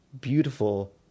beautiful